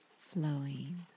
flowing